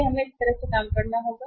इसलिए हमें इस तरह से काम करना होगा